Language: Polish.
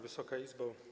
Wysoka Izbo!